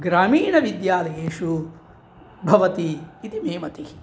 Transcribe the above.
ग्रामीणविद्यालयेषु भवति इति मे मतिः